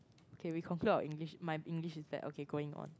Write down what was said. okay we conclude our English my English is bad okay going on